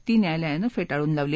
ती न्यायालयानं फेटाळून लावली